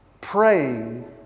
praying